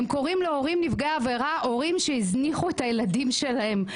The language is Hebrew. הם קוראים להורים נפגעי עבירה הורים שהזניחו את הילדים שלהם.